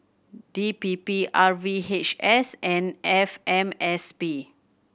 D P P R V H S and F M S P